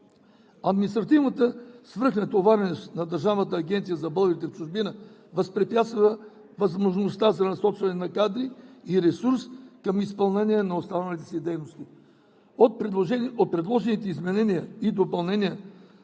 Административната свръхнатовареност на Държавната агенция за българите в чужбина възпрепятства възможността за насочване на кадри и ресурс към изпълнение на останалите си дейности. С предложените изменения и допълнения